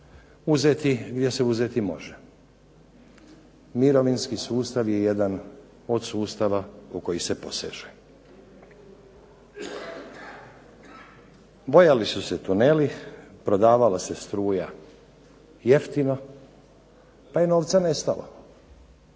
uzeti gdje se uzeti može. Mirovinski sustav je jedan od sustava u koji se poseže. Bojali su se tuneli, prodavala se struja jeftino pa je novca nestalo.